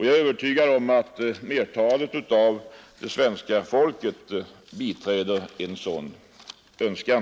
Jag är övertygad om att merparten av det svenska folket biträder en sådan önskan.